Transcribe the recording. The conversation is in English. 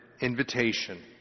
invitation